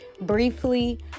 briefly